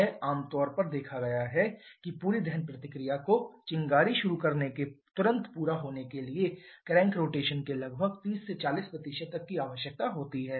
यह आम तौर पर देखा गया है कि पूरी दहन प्रतिक्रिया को चिंगारी शुरू करने के तुरंत पूरा होने के लिए क्रेंक रोटेशन के लगभग 30 से 400 तक की आवश्यकता होती है